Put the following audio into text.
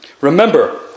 Remember